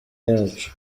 yacu